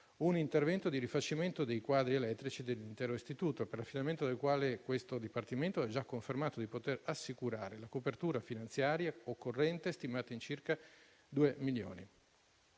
un intervento di rifacimento dei quadri elettrici dell'intero istituto, per l'affidamento del quale questo dipartimento ha già confermato di poter assicurare la copertura finanziaria occorrente, stimata in circa due milioni